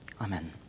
Amen